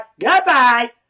Goodbye